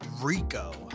Rico